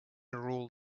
rule